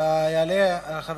הצעות